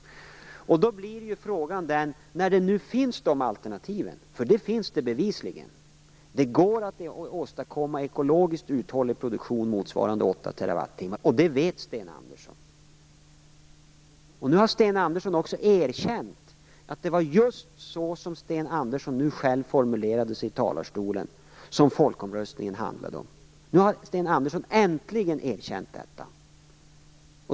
Nu finns det bevisligen alternativ. Det går att åstadkomma ekologiskt uthållig produktion motsvarande 8 TWh, och det vet Sten Andersson. Nu har Sten Andersson också erkänt att det var just det som han nu själv formulerade i talarstolen som folkomröstningen handlade om. Nu har Sten Andersson äntligen erkänt detta.